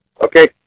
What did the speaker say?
okay